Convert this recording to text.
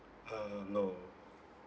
uh no